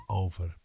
over